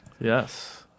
Yes